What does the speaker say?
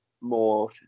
more